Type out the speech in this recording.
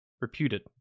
Reputed